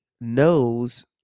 knows